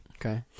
Okay